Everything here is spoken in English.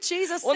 Jesus